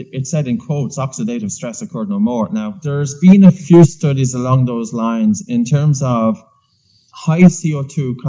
it said in quotes oxidative stress occurred no more. now, there's been a few studies along those lines. in terms of high c o ah two.